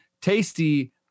tasty